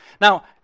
Now